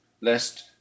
lest